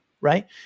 right